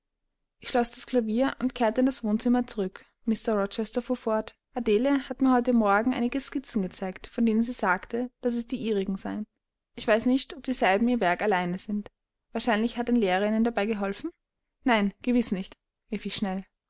ich schloß das klavier und kehrte in das wohnzimmer zurück mr rochester fuhr fort adele hat mir heute morgen einige skizzen gezeigt von denen sie sagte daß es die ihrigen seien ich weiß nicht ob dieselben ihr werk allein sind wahrscheinlich hat ein lehrer ihnen dabei geholfen nein gewiß nicht rief ich schnell